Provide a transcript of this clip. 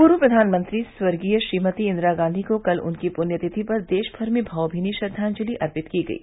पूर्व प्रधानमंत्री स्वर्गीय श्रीमती इंदिरा गांधी को कल उनकी पृण्य तिथि पर देश भर में भावमीनी श्रद्वांजलि अर्पित की गयी